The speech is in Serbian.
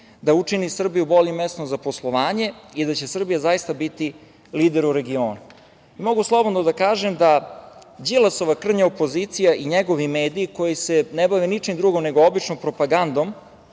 da učini Srbiju boljim mestom za poslovanje i da će Srbija zaista biti lider u regionu. Mogu slobodno da kažem da Đilasova krnja opozicija i njegovi mediji koji se ne bave ničim drugo nego običnom propagandom,